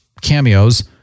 cameos